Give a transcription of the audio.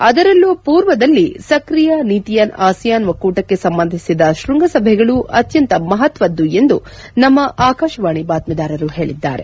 ಅದರಲ್ಲೂ ಪೂರ್ವದಲ್ಲಿ ಸಕ್ರಿಯ ನೀತಿಯಲ್ಲಿ ಆಸಿಯಾನ್ ಒಕ್ಕೂಟಕ್ಕೆ ಸಂಬಂಧಿಸಿದ ಕೃಂಗಸಭೆಗಳು ಅತ್ಯಂತ ಮಹತ್ವದ್ದು ಎಂದು ನಮ್ಮ ಆಕಾಶವಾಣಿ ಬಾತ್ಮೀದಾರರು ಹೇಳಿದ್ದಾರೆ